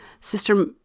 Sister